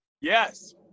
Yes